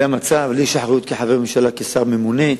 זה המצע, אבל לי יש אחריות כחבר ממשלה, כשר ממונה.